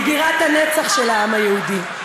היא בירת הנצח של העם היהודי.